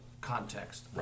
context